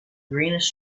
greenish